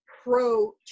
Pro